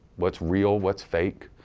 what's real what's fake,